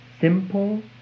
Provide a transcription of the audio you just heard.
simple